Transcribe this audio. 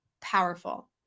powerful